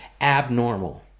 abnormal